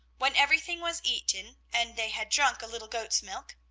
when everything was eaten and they had drunk a little goat's milk,